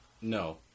No